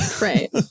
Right